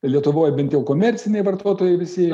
lietuvoj bent jau komerciniai vartotojai visi